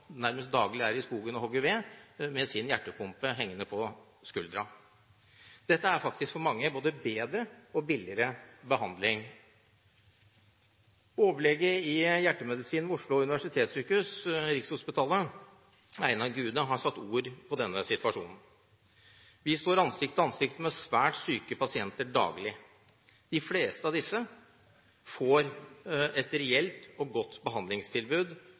nærmest daglig er i skogen og hogger ved, med sin hjertepumpe hengende på skulderen. Dette er faktisk for mange både bedre og billigere behandling. Overlege i hjertemedisin ved Oslo universitetssykehus Einar Gude sier at de står ansikt til ansikt med svært syke pasienter daglig, og at de fleste av disse får et reelt godt behandlingstilbud